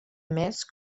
més